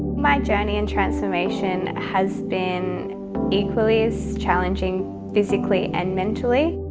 my journey and transformation has been equally as challenging physically and mentally.